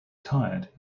tired